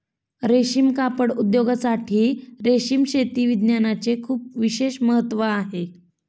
रेशीम कापड उद्योगासाठी रेशीम शेती विज्ञानाचे खूप विशेष महत्त्व आहे